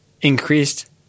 increased